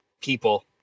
people